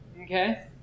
Okay